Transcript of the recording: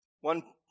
One